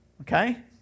okay